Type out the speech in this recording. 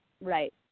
Right